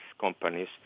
companies